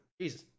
Jesus